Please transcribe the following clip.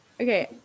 Okay